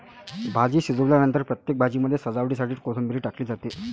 भाजी शिजल्यानंतर प्रत्येक भाजीमध्ये सजावटीसाठी कोथिंबीर टाकली जाते